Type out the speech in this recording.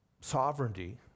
sovereignty